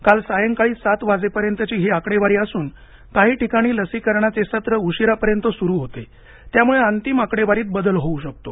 काल सायंकाळी सात वाजेपर्यंतची ही आकडेवारी असून काही ठिकाणी लसीकरणाचे सत्र उशिरापर्यंत सुरु होते त्यामुळे अंतिम आकडेवारीत बदल होऊ शकतो